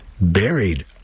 Buried